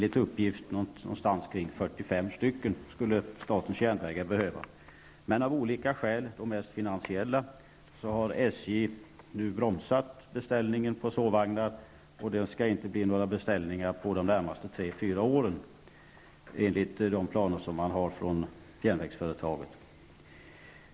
Statens järnvägar skulle enligt uppgift behöva ca 45 sovvagnar. Av olika skäl, mest finansiella, har SJ bromsat beställningen av sovvagnar. Det skall inte göras några beställningar under de närmaste tre fyra åren enligt de planer man har i järnvägsföretaget.